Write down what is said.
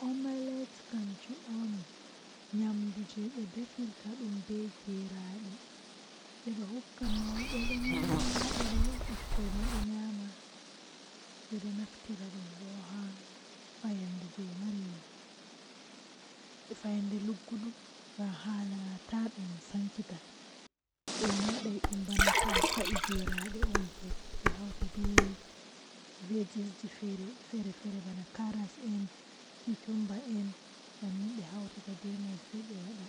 Ko ɗuum ɗum faamataa no waɗata baɗtuɗo ngol, sabu ɓeen ɗuum njippeeɗi ɗum no waɗi goonga. So waɗi e naatugol mawɗi, ngam neɗɗo ɓe njogiri e laabi maa e njohi maa, ɓe njari ɗum no waɗi gooto ɗe fami ko a woodi ko waawataa.